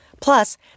Plus